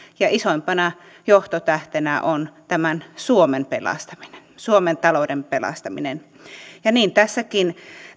ja isoimpana johtotähtenä on suomen pelastaminen suomen talouden pelastaminen niin tässäkin